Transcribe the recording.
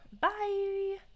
bye